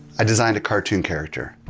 i designed a cartoon character.